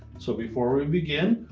so before we begin,